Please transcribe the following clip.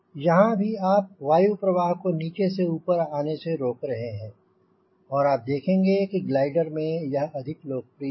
यहांँ भी आप वायु प्रवाह को नीचे ऊपर आने से रोक रहे हैं और आप देखेंगे कि ग्लाइडर में यह अधिक लोकप्रिय है